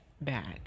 bad